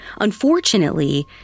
Unfortunately